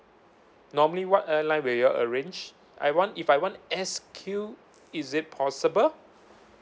normally what airline will you all arrange I want if I want S_Q is it possible